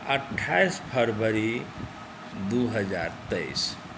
अठाइस फ़रवरी दू हज़ार तइस